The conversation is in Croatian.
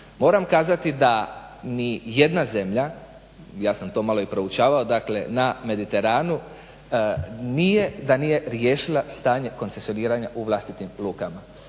Moram kazati da nijedna zemlja, ja sam to malo i proučavao dakle na Mediteranu nije riješila stanje koncesioniranja u vlastitim lukama.